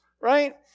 right